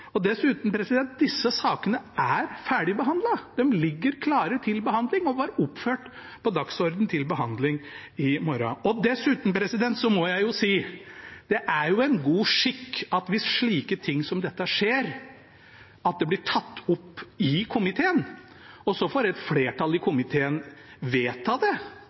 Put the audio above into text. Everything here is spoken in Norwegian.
utsettes. Dessuten er disse sakene ferdig behandlet. De ligger klare til behandling, og var oppført på dagsordenen til behandling i morgen. Dessuten må jeg si: Det er jo en god skikk, hvis slike ting som dette skjer, at det blir tatt opp i komiteen, så får et flertall i komiteen vedta det